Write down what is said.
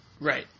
Right